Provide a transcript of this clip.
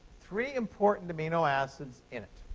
three important amino acids in.